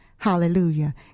Hallelujah